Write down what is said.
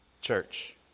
church